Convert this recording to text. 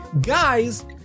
guys